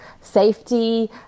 safety